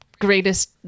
greatest